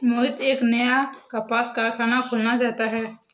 मोहित एक नया कपास कारख़ाना खोलना चाहता है